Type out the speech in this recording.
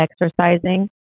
exercising